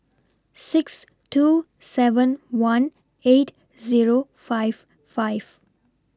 six two seven one eight Zero five five